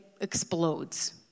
explodes